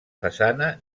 façana